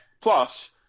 plus